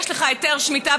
יש לך היתר שמיטה,